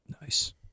Nice